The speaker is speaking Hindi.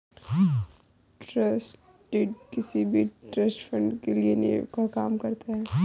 ट्रस्ट डीड किसी भी ट्रस्ट फण्ड के लिए नीव का काम करता है